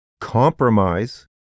compromise